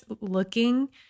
looking